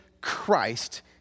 Christ